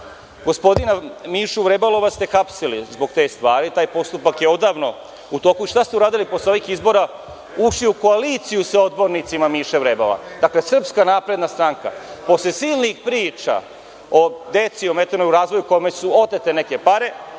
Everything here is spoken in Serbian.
gospodina Mišu Vrebala ste hapsili zbog te stvari, taj postupak je odavno u toku. Šta ste uradili posle ovih izbora? Ušli u koaliciju sa odbornicima Miše Vrebala. Dakle, SNS posle silnih priča o deci ometenoj u razvoju kojima su otete neke pare,